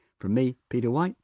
from me, peter white,